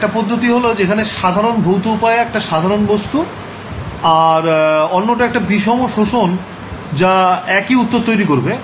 একটা পদ্ধতি হল যেখানে সাধারণ ভৌত উপায়ে একটা সাধারণ বস্তু আর অন্যটা একটা বিসম শোষণ যা একই উত্তর তৈরি করবে